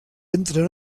entren